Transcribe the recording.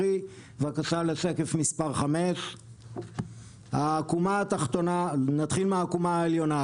שקף מספר 5. נתחיל מהעקומה העליונה.